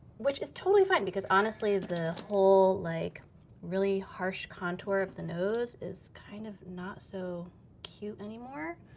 which is totally fine, because honestly the whole like really harsh contour of the nose is kind of not so cute anymore.